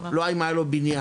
לא אם היה לו בניין.